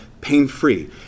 pain-free